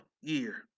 year